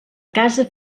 casa